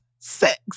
Sex